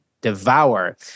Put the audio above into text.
devour